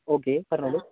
okay പറഞ്ഞോളൂ